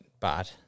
bad